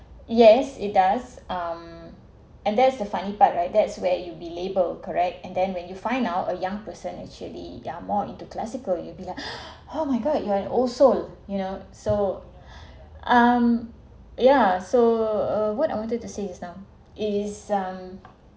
yes it does um and that's the funny part right that's where you be label correct and then when you find out a young person actually they're more into classical you'd be like oh my god you are an old soul you know so um yeah so uh what I wanted to say just now it is um